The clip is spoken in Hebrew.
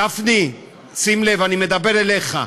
גפני, שים לב, אני מדבר אליך.